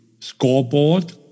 Scoreboard